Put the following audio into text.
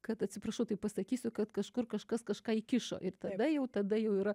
kad atsiprašau taip pasakysiu kad kažkur kažkas kažką įkišo ir tada jau tada jau yra